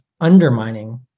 undermining